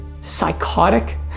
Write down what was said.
psychotic